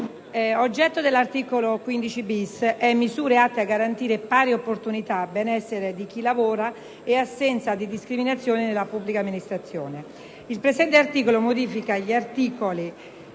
oggetto dell'articolo 15-*bis* sono le misure atte a garantire le pari opportunità, il benessere di chi lavora, in assenza di discriminazioni, nelle pubbliche amministrazioni. Il presente articolo modifica gli articoli